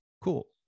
cool